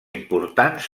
importants